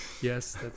Yes